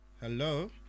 Hello